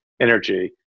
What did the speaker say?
energy